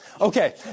Okay